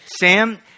Sam